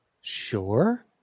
Sure